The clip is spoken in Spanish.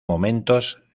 momentos